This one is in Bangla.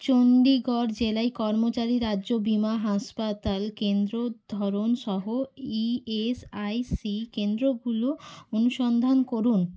চণ্ডীগড় জেলায় কর্মচারী রাজ্য বীমা হাসপাতাল কেন্দ্রর ধরন সহ ই এস আই সি কেন্দ্রগুলো অনুসন্ধান করুন